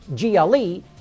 GLE